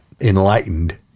enlightened